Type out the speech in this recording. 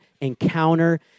encounter